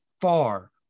far